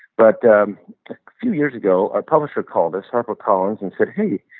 but a few years ago, a publisher called us, harpercollins, and said, hey,